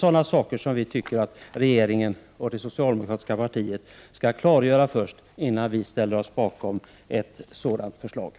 Sådana här saker tycker vi alltså att regeringen och det socialdemokratiska partiet skall klargöra först, innan vi kan ställa oss bakom förslaget.